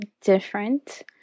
different